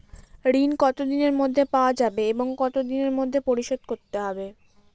ঋণ কতদিনের মধ্যে পাওয়া যাবে এবং কত দিনের মধ্যে পরিশোধ করতে হবে?